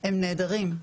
הם נעדרים.